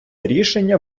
рішення